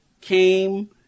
came